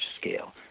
scale